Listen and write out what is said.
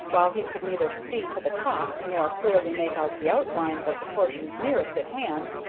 while he could neither see to the top nor clearly make out the outlines of the portions nearest at hand,